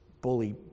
bully